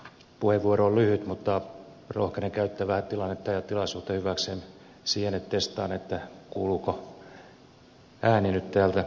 puheenvuoro on lyhyt mutta rohkenen käyttää vähän tilannetta ja tilaisuutta hyväkseni siihen että testaan kuuluuko ääni nyt täältä pöntöstä